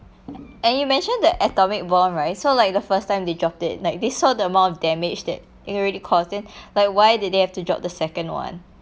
and you mentioned that atomic bomb right so like the first time they dropped it like they saw the amount of damage that it already caused then like why did they have to drop the second one